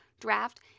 draft